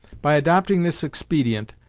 by adopting this expedient,